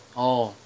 oh